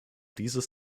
dieses